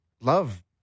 love